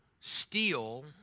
steal